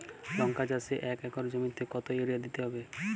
লংকা চাষে এক একর জমিতে কতো ইউরিয়া দিতে হবে?